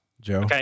Joe